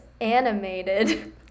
animated